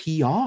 PR